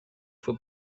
fue